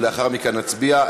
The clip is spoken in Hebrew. ולאחר מכן נצביע.